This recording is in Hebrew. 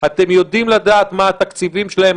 אתם יודעים לדעת מה התקציבים שלהם,